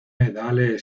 dale